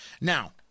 Now